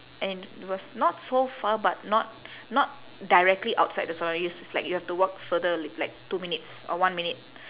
and it was not so far but not not directly outside the salon it's like you have to walk further l~ like two minutes or one minute